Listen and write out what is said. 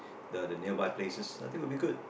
the the nearby places I think would be good